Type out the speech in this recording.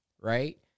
right